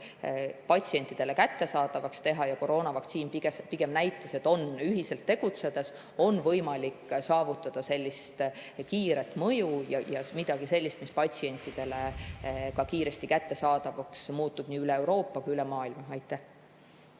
patsientidele kättesaadavaks teha. Koroonavaktsiin pigem näitas, et ühiselt tegutsedes on võimalik saavutada kiiret mõju ja midagi sellist, mis patsientidele kiiresti kättesaadavaks muutub nii üle Euroopa kui ka üle maailma. Tänan